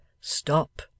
Stop